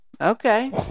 Okay